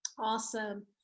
Awesome